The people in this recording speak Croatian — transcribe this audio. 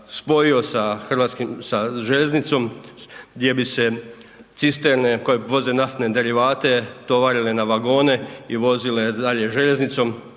spojio sa željeznicom, gdje bi se cisterne koje vode naftne derivate tovarile na vagone i vozile dalje željeznicom